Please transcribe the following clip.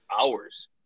hours